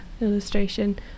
illustration